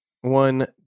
one